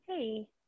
hey